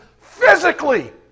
physically